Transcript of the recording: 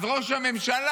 אז ראש הממשלה,